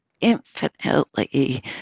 infinitely